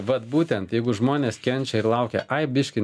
vat būtent jeigu žmonės kenčia ir laukia ai biškį